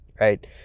right